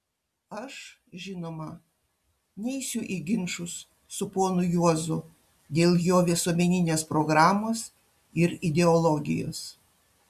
aš žinoma neisiu į ginčus su ponu juozu dėl jo visuomeninės programos ir ideologijos